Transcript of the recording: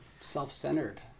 self-centered